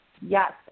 Yes